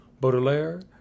Baudelaire